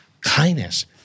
kindness